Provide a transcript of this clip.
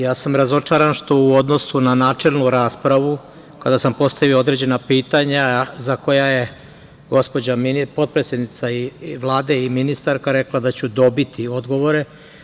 Ja sam razočaran što u odnosu na načelnu raspravu kada sam postavio određena pitanja, za koja je potpredsednica Vlade i ministarka, rekla da ću dobiti odgovore.